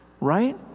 right